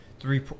Three